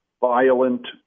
violent